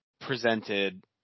presented